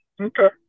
Okay